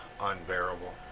unbearable